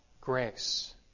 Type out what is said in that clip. Grace